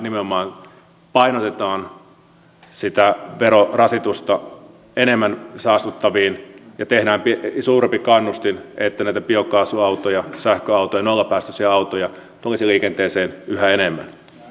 nimenomaan painotetaan sitä verorasitusta enemmän saastuttaviin ja tehdään suurempi kannustin että näitä biokaasuautoja sähköautoja nollapäästöisiä autoja tulisi liikenteeseen yhä enemmän